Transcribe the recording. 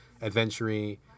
adventury